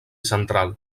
central